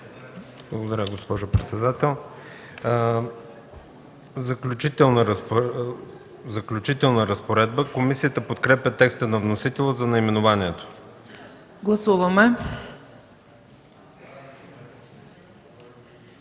Благодаря, госпожо председател. Заключителна разпоредба. Комисията подкрепя текста на вносителя за наименованието.